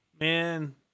man